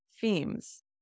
themes